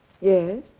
Yes